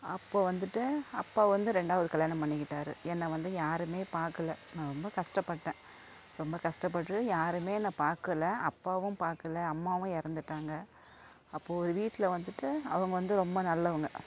அப்போ வந்துட்டு அப்பா வந்து ரெண்டாவது கல்யாணம் பண்ணிக்கிட்டாரு என்னை வந்து யாருமே பார்க்குல நான் ரொம்ப கஷ்டப்பட்டேன் ரொம்ப கஷ்டப்பட்டு யாருமே என்னை பார்க்கல அப்பாவும் பார்க்கல அம்மாவும் இறந்துட்டாங்க அப்போது ஒரு வீட்டில் வந்துட்டு அவங்கள் வந்து ரொம்ப நல்லவங்க